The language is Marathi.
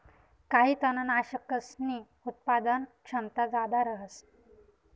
काही तननाशकसनी उत्पादन क्षमता जादा रहास